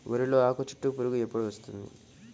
వరిలో ఆకుచుట్టు పురుగు ఎప్పుడు వస్తుంది?